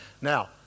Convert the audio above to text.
Now